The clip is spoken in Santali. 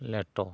ᱞᱮᱴᱚ